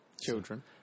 Children